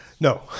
No